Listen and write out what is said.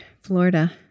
florida